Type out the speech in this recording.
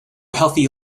healthy